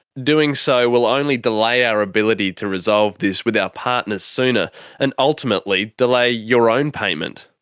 doing so will only delay our ability to resolve this with our partners sooner and ultimately delay your own payment.